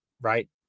right